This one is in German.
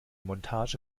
montage